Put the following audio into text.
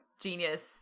genius